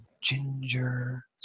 ginger